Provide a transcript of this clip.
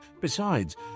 Besides